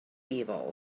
evil